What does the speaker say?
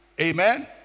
amen